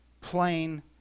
plain